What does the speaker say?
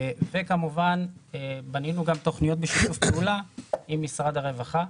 וכמובן בנינו גם תוכניות בשיתוף פעולה עם משרד הרווחה.